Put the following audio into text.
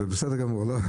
זה בסדר גמור.